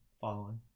following